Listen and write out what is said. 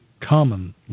common